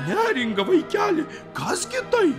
neringa vaikeli kas gi tai